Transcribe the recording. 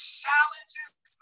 challenges